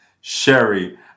Sherry